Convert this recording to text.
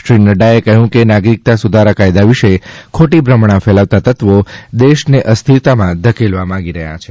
શ્રી નફાએ કહ્યું કે નાગરીક્તા સુધારા કાયદા વિશે ખોટી ભ્રમણા ફેલવવા તત્વો દેશને અસ્થિરતામાં ધકેલવા માંગે છે